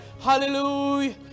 Hallelujah